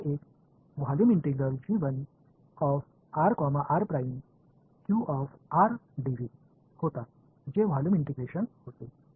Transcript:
तर हा एक होता जे व्हॉल्यूम इंटिग्रेशन होते